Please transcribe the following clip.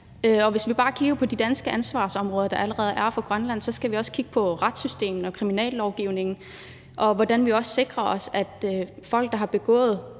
om. Når det gælder de danske ansvarsområder i Grønland, skal vi også kigge på retssystemet og kriminallovgivningen og på, hvordan vi sikrer os, at folk, der har begået